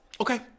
Okay